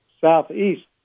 southeast